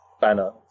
banner